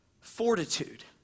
fortitude